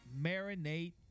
Marinate